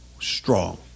strong